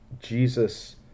Jesus